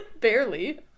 Barely